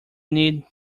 need